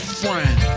friend